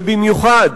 ובמיוחד,